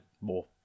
more